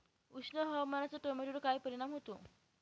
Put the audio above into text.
उष्ण हवामानाचा टोमॅटोवर काय परिणाम होतो?